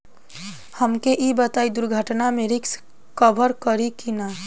हमके ई बताईं दुर्घटना में रिस्क कभर करी कि ना?